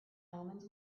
omens